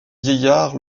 vieillard